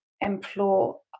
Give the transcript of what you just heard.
implore